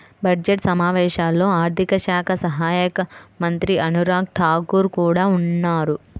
budget సమావేశాల్లో ఆర్థిక శాఖ సహాయక మంత్రి అనురాగ్ ఠాకూర్ కూడా ఉన్నారు